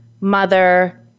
mother